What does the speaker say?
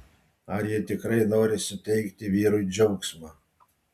ar ji tikrai nori suteikti vyrui džiaugsmo